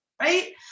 right